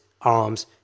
arms